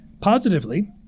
Positively